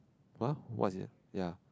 [huh] what is it ya